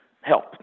help